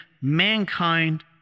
mankind